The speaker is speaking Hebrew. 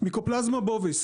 מיקופלסמה בוביס